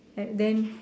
like then